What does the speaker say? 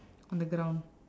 on the ground